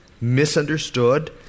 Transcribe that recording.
misunderstood